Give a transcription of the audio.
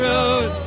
Road